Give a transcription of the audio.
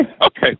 Okay